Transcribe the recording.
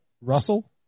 Russell